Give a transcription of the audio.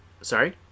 Sorry